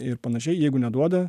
ir panašiai jeigu neduoda